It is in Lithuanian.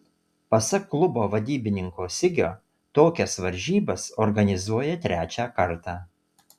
pasak klubo vadybininko sigio tokias varžybas organizuoja trečią kartą